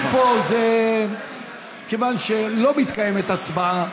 מכיוון שלא מתקיימת הצבעה,